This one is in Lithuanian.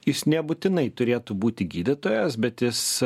jis nebūtinai turėtų būti gydytojas bet jis